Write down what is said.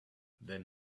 then